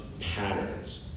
patterns